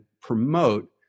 promote